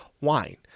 wine